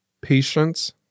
Patience